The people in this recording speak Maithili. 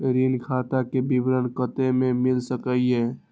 ऋण खाता के विवरण कते से मिल सकै ये?